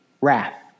Wrath